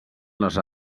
les